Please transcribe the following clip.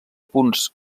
punts